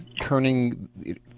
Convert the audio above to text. turning